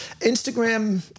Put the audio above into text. Instagram